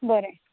बरें